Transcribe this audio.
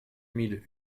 mille